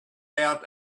out